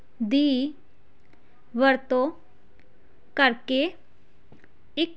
ਦੀ ਵਰਤੋਂ ਕਰਕੇ ਇੱਕ